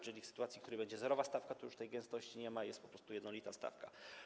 Czyli w sytuacji, w której będzie zerowa stawka, już tej gęstości nie ma, jest po prostu jednolita stawka.